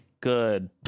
good